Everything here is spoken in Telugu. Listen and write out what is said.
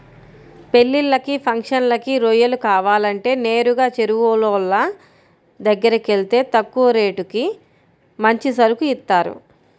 పెళ్ళిళ్ళకి, ఫంక్షన్లకి రొయ్యలు కావాలంటే నేరుగా చెరువులోళ్ళ దగ్గరకెళ్తే తక్కువ రేటుకి మంచి సరుకు ఇత్తారు